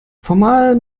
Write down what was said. formal